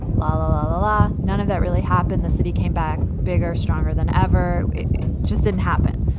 la, la, la, la, la. none of that really happened. the city came back bigger, stronger than ever. it just didn't happen.